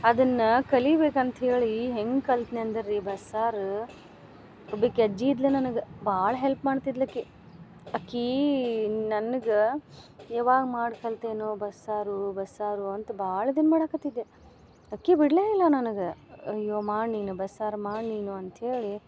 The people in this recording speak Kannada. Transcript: ಅದನ್ನ ಕಲಿಬೇಕು ಅಂತ್ಹೇಳಿ ಹೆಂಗೆ ಕಲ್ತ್ನೆಂದರೆ ರೀ ಬಸ್ಸಾರ ಒಬ್ಬಾಕಿ ಅಜ್ಜಿ ಇದ್ಲು ನನಗೆ ಭಾಳ ಹೆಲ್ಪ್ ಮಾಡ್ತಿದ್ಲು ಅಕಿ ಅಕಿ ನನಗೆ ಯಾವಾಗ ಮಾಡಿ ಕಲ್ತೇನೋ ಬಸ್ಸಾರು ಬಸ್ಸಾರು ಅಂತ ಭಾಳ ದಿನ ಮಾಡಕತ್ತಿದ್ದೆ ಅಕಿ ಬಿಡಲೇ ಇಲ್ಲ ನನಗೆ ಅಯ್ಯೋ ಮಾಡಿ ನೀನು ಬಸ್ಸಾರು ಮಾಡಿ ನೀನು ಅಂತ್ಹೇಳಿ